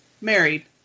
married